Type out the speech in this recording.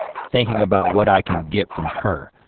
thinking about what i can get from her.